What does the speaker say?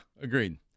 agreed